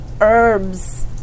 herbs